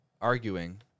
arguing